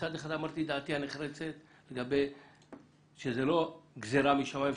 מצד אחד אמרתי את דעתי הנחרצת שזו לא גזירה משמיים.